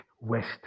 West